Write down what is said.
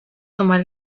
tomar